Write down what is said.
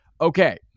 Okay